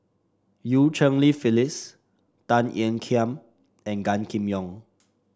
Eu Cheng Li Phyllis Tan Ean Kiam and Gan Kim Yong